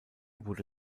wurde